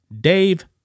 Dave